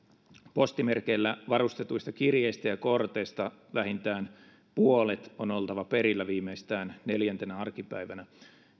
postimerkeillä varustetuista kirjeistä ja korteista vähintään puolet on oltava perillä viimeistään neljäntenä arkipäivänä